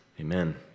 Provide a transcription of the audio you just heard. Amen